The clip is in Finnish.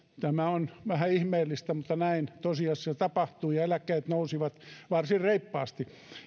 tämä on vähän ihmeellistä mutta näin tosiasiassa tapahtui ja eläkkeet nousivat varsin reippaasti